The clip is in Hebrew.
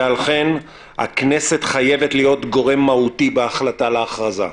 ועל כן הכנסת חייבת להיות גורם מהותי בהחלטה על ההכרזה.